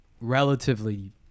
relatively